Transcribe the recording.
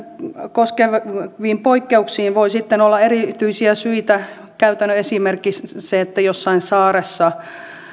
koskeviin poikkeuksiin voi sitten olla erityisiä syitä käytännön esimerkki on se että jostain saaresta